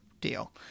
deal